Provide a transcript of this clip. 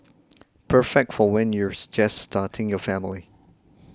perfect for when you're just starting your family